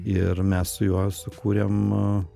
ir mes su juo sukūrėm